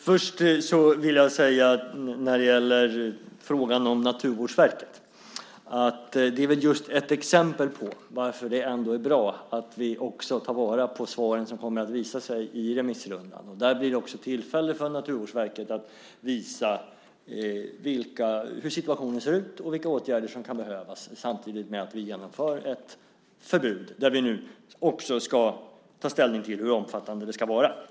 Fru talman! Först vill jag säga när det gäller frågan om Naturvårdsverket att det är just ett exempel på varför det är bra att vi tar vara på de svar som kommer fram i remissrundan. Där blir det också tillfälle för Naturvårdsverket att visa hur situationen ser ut och vilka åtgärder som kan behövas, samtidigt som vi genomför ett förbud, där vi nu också ska ta ställning till hur omfattande det ska vara.